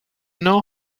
know